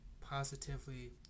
positively